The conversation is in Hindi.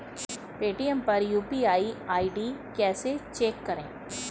पेटीएम पर यू.पी.आई आई.डी कैसे चेक करें?